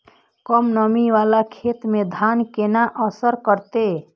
कम नमी वाला खेत में धान केना असर करते?